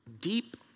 deep